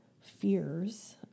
fears